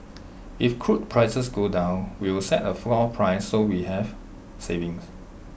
if crude prices go down we will set A floor price so we have savings